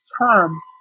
term